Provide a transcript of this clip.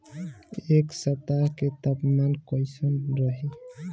एह सप्ताह के तापमान कईसन रही?